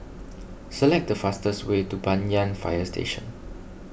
select the fastest way to Banyan Fire Station